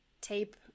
tape